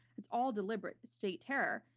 it's all deliberate state terror,